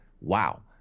wow